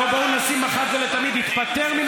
בואו נשים אחת ולתמיד, התפטר מן